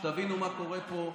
שתבינו מה קורה פה,